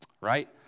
Right